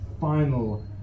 final